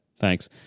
thanks